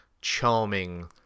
charming